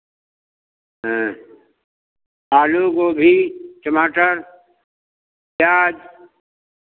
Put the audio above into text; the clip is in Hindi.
हाँ आलू गोभी टमाटर प्याज़